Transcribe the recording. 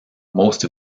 most